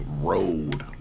Road